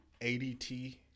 ADT